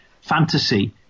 fantasy